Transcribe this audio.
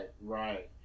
right